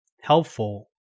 helpful